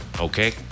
Okay